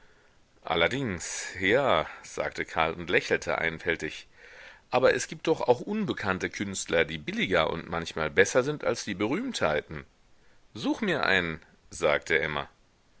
allerdings ja sagte karl und lächelte einfältig aber es gibt doch auch unbekannte künstler die billiger und manchmal besser sind als die berühmtheiten such mir einen sagte emma